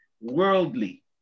worldly